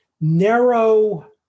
narrow